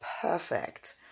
perfect